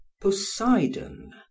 Poseidon